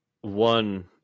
One